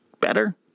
better